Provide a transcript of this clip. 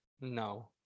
No